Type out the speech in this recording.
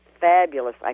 fabulous